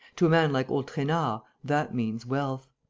to a man like old trainard that means wealth.